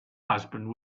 husband